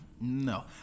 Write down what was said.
no